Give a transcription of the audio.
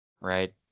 Right